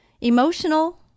Emotional